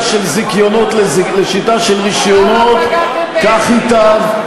של זיכיונות לשיטה של רישיונות כך ייטב,